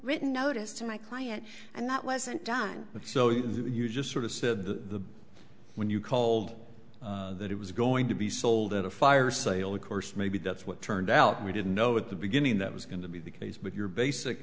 written notice to my client and that wasn't done so you just sort of said the when you called that it was going to be sold at a fire sale of course maybe that's what turned out we didn't know at the beginning that was going to be the case but your basic